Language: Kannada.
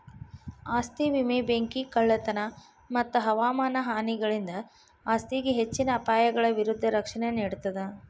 ಆಸ್ತಿ ವಿಮೆ ಬೆಂಕಿ ಕಳ್ಳತನ ಮತ್ತ ಹವಾಮಾನ ಹಾನಿಗಳಿಂದ ಆಸ್ತಿಗೆ ಹೆಚ್ಚಿನ ಅಪಾಯಗಳ ವಿರುದ್ಧ ರಕ್ಷಣೆ ನೇಡ್ತದ